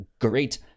great